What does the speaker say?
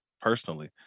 personally